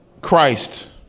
Christ